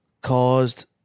caused